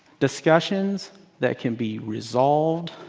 discussions that can be resolved